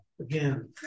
again